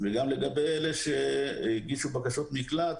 וגם לגבי אלה שהגישו בקשות מקלט,